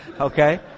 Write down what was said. Okay